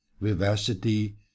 vivacity